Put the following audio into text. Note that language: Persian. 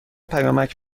پیامک